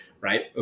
Right